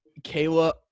Kayla